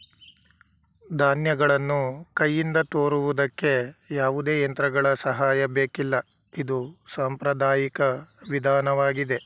ಧಾನ್ಯಗಳನ್ನು ಕೈಯಿಂದ ತೋರುವುದಕ್ಕೆ ಯಾವುದೇ ಯಂತ್ರಗಳ ಸಹಾಯ ಬೇಕಿಲ್ಲ ಇದು ಸಾಂಪ್ರದಾಯಿಕ ವಿಧಾನವಾಗಿದೆ